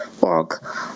work